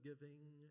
giving